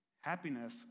happiness